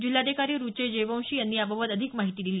जिल्हाधिकारी रूचेश जयवंशी यांनी याबाबत अधिक माहिती दिली